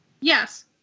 Yes